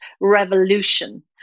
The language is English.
revolution